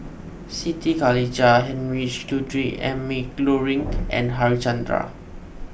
Siti Khalijah Heinrich Ludwig Emil Luering and Harichandra